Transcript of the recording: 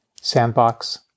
Sandbox